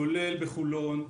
כולל בחולון,